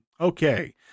Okay